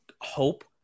hope